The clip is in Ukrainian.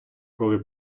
коли